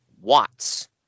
Watts